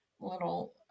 little